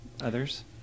others